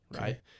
right